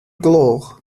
gloch